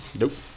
Nope